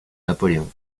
napoléon